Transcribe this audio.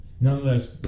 Nonetheless